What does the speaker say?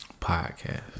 Podcast